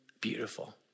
beautiful